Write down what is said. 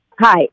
Hi